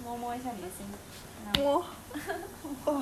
!huh! 不是像你自己 摸摸一下你的心